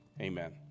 Amen